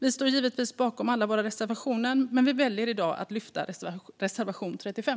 Vi står givetvis bakom alla våra reservationer, men vi väljer i dag att yrka bifall till reservation 35.